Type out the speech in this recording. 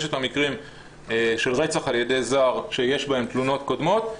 חמשת המקרים של רצח על ידי זר שיש בהן תלונות קודמות,